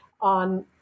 on